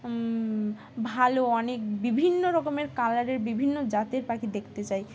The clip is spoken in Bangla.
ভালো অনেক বিভিন্ন রকমের কালারের বিভিন্ন জাতের পাখি দেখতে চাই